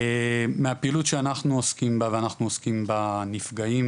מהפעילות שאנחנו עוסקים בה ואנחנו עוסקים בנפגעים